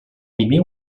primer